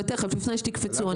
ולפני שתקפצו,